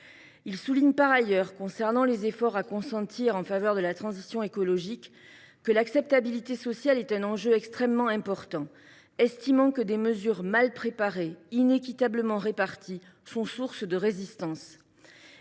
Il souligne par ailleurs, concernant les efforts à consentir en faveur de la transition écologique, que l’acceptabilité sociale est un enjeu extrêmement important, estimant que « des mesures mal préparées, inéquitablement réparties, sont source de résistance